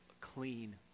clean